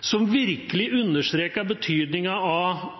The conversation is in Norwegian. som virkelig understreket den betydningen